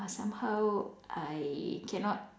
somehow I cannot